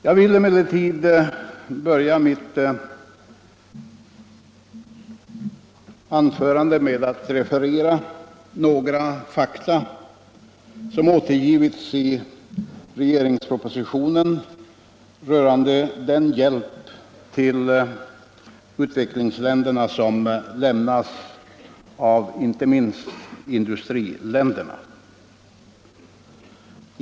Jag vill emellertid börja mitt anförande med att referera några fakta som återgivits i regeringspropositionen rörande den hjälp till utvecklingsländerna som lämnas av inte minst industriländerna.